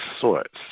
sorts